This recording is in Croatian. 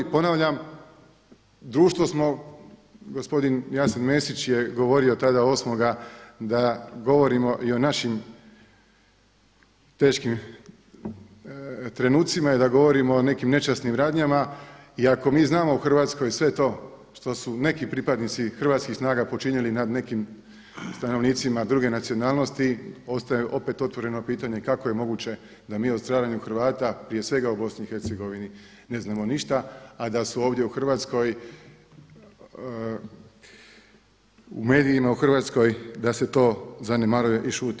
Ponavljam, društvo smo gospodin Jasen Mesić je govorio tada 8. da govorimo i o našim teškim trenucima i da govorimo o nekim nečasnim radnjama, i ako mi znamo u Hrvatskoj sve to što su neki pripadnici hrvatskih snaga počinili nad nekim stanovnicima druge nacionalnosti ostaj opet otvoreno pitanje, kako je moguće da mi o stradanju Hrvata prije svega u BiH ne znamo ništa, a da su ovdje u Hrvatskoj u medijima u Hrvatskoj da se to zanemaruju i šuti.